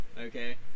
Okay